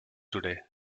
today